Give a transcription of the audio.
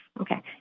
Okay